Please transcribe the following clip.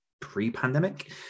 pre-pandemic